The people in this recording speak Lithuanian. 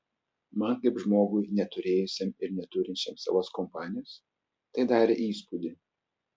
man kaip žmogui neturėjusiam ir neturinčiam savos kompanijos tai darė įspūdį